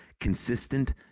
Consistent